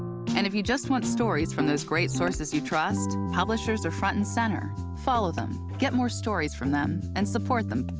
and if you just want stories from those great sources you trust, publishers are front and center. follow them. get more stories from them, and support them.